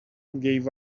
gave